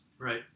Right